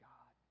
God